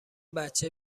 بچه